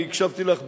אני הקשבתי לך בעיון,